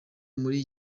muri